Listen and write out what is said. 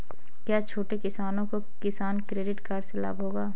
क्या छोटे किसानों को किसान क्रेडिट कार्ड से लाभ होगा?